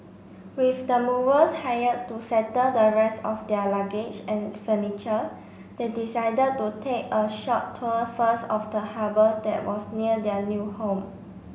with the movers hired to settle the rest of their luggage and furniture they decided to take a short tour first of the harbour that was near their new home